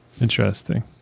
Interesting